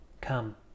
Come